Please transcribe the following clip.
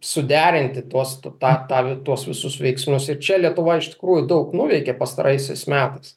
suderinti tuos tu tą tą tuos visus veiksmus ir čia lietuva iš tikrųjų daug nuveikė pastaraisiais metais